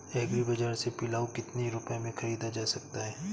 Agree बाजार से पिलाऊ कितनी रुपये में ख़रीदा जा सकता है?